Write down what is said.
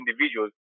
individuals